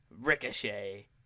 Ricochet